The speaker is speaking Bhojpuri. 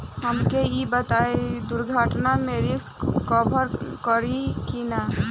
हमके ई बताईं दुर्घटना में रिस्क कभर करी कि ना?